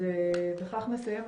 בכך נסיים,